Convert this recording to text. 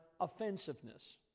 offensiveness